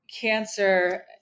cancer